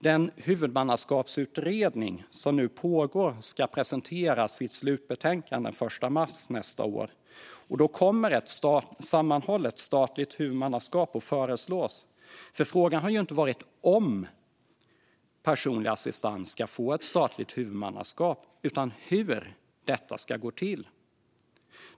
Den huvudmannaskapsutredning som nu pågår ska presentera sitt slutbetänkande den 1 mars nästa år, och då kommer ett sammanhållet statligt huvudmannaskap att föreslås. Frågan har ju inte varit om personlig assistans ska få ett statligt huvudmannaskap utan hur detta ska gå till.